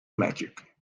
magic